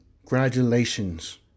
congratulations